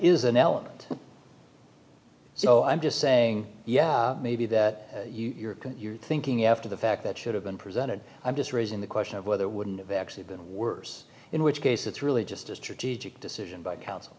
is an element so i'm just saying yeah maybe that you're kind you're thinking after the fact that should have been presented i'm just raising the question of whether wouldn't have actually been worse in which case it's really just a strategic decision by coun